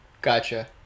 gotcha